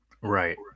Right